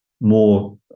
more